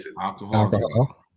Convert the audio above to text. alcohol